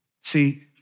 See